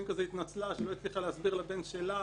היא התנצלה שלא הצליחה להסביר לבן שלה